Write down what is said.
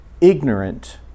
ignorant